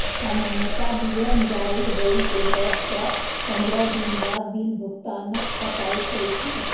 सामान्यतः विवरण जारी होइ के दस सं पंद्रह दिन बाद बिल भुगतानक तारीख होइ छै